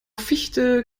fichte